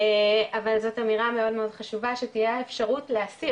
אבל זאת אמירה מאוד חשובה שתהיה האפשרות להסיר,